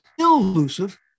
elusive